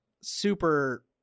super